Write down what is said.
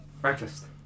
Breakfast